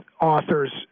authors